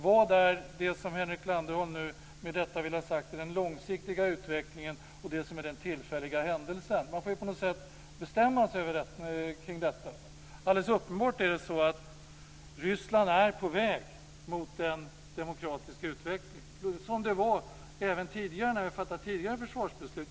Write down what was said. Vad är det i det som Henrik Landerholm nu vill ha sagt som är den långsiktiga utvecklingen, och vad är den tillfälliga händelsen? Man får på något sätt bestämma sig kring detta. Det är alldeles uppenbart så att Ryssland är på väg mot en demokratisk utveckling. Det var även fallet tidigare när vi fattade tidigare försvarsbeslut.